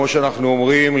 כמו שאנו אומרים,